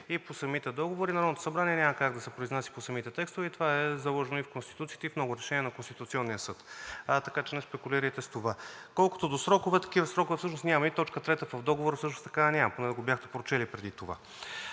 и по самите договори Народното събрание няма как да се произнася по самите текстове. Това е заложено и в Конституцията, и в много решения на Конституционния съд, така че не спекулирайте с това. Колкото до срокове, такива срокове всъщност няма, и точка трета в договора също така няма. Поне да го бяхте прочели преди това.